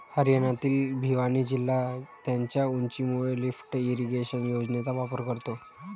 हरियाणातील भिवानी जिल्हा त्याच्या उंचीमुळे लिफ्ट इरिगेशन योजनेचा वापर करतो